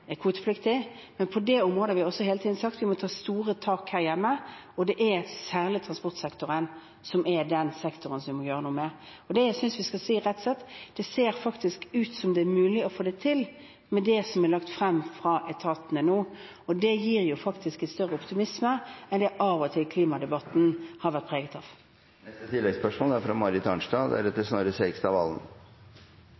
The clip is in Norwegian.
kvotepliktig. Men på det området har vi også hele tiden sagt at vi må ta store tak her hjemme, og det er særlig transportsektoren som er den sektoren vi må gjøre noe med. Og det jeg synes vi skal si, rett og slett, er at det faktisk ser ut som om det er mulig å få det til med det som er lagt frem fra etatene nå. Det gir jo faktisk en større optimisme enn det klimadebatten av og til har vært preget av. Marit Arnstad – til oppfølgingsspørsmål. Jeg synes det er